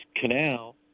canal